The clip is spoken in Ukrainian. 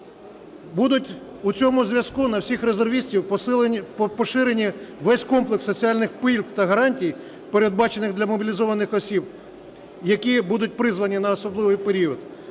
Буде у цьому зв'язку на всіх резервістів поширений весь комплекс соціальних пільг та гарантій, передбачених для мобілізованих осіб, які будуть призвані на особливий період